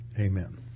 Amen